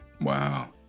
wow